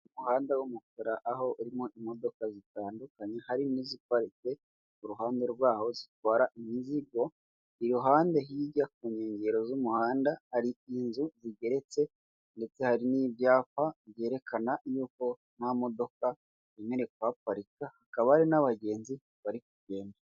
Mu muhanda w'umukara aho urimo imodoka zitandukanye harimo iziparitse uruhande rw'aho zitwara imizigo, iruhande hirya ku nkengero z'umuhanda hari inzu zigeretse ndetse hari n'ibyapa byerekana y'uko nta modoka yemerewe kuhaparika, hakaba hari n'abagenzi bari kugenda.